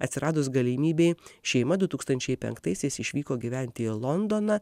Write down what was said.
atsiradus galimybei šeima du tūkstančiai penktaisiais išvyko gyventi į londoną